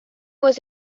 was